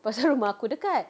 lepas tu rumah aku dekat